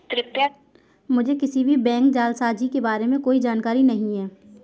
मुझें किसी भी बैंक जालसाजी के बारें में कोई जानकारी नहीं है